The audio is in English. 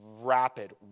rapid